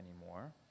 anymore